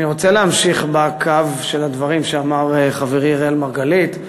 אני רוצה להמשיך בקו של הדברים שאמר חברי אראל מרגלית.